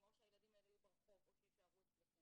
או שהילדים האלה יהיו ברחוב או שיישארו אצלם,